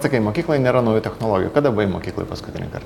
sakai mokykloje nėra naujų technologijų kada buvai mokykloj paskutinįkart